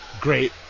Great